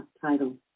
title